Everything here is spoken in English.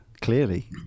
clearly